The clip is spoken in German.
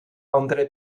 andere